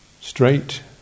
straight